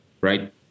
right